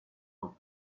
nous